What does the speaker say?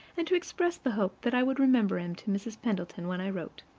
and to express the hope that i would remember him to mrs. pendleton when i wrote.